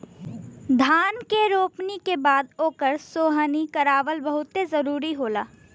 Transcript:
धान के रोपनी के बाद ओकर सोहनी करावल बहुते जरुरी होला